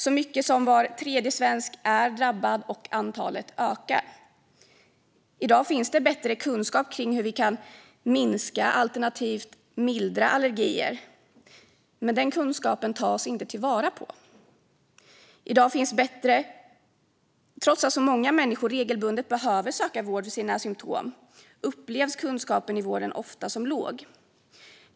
Så mycket som var tredje svensk är drabbad, och antalet ökar. I dag finns det bättre kunskap kring hur vi kan minska alternativt mildra allergier, men den kunskapen tas inte till vara. Trots att så många människor regelbundet behöver söka vård för sina symtom upplevs kunskapen i vården ofta som låg.